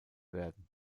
werden